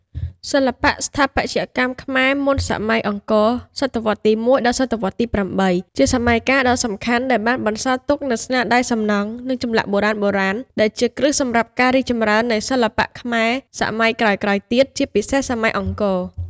សិល្បៈស្ថាបត្យកម្មខ្មែរសម័យមុនអង្គរ ស.វទី១ ដល់ ស.វទី៨ ជាសម័យកាលដ៏សំខាន់ដែលបានបន្សល់ទុកនូវស្នាដៃសំណង់ និងចម្លាក់បុរាណៗ ដែលជាគ្រឹះសម្រាប់ការរីកចម្រើននៃសិល្បៈខ្មែរសម័យក្រោយៗទៀត ជាពិសេសសម័យអង្គរ។